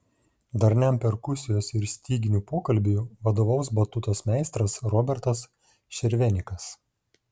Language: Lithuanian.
darniam perkusijos ir styginių pokalbiui vadovaus batutos meistras robertas šervenikas